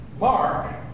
Mark